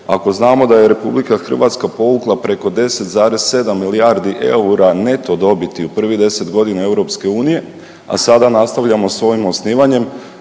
ako znamo da je Republika Hrvatska povukla preko 10,7 milijardi eura neto dobiti u prvih 10 godina EU, a sada nastavljamo sa ovim osnivanjem.